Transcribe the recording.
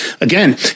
again